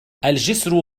الجسر